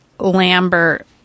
Lambert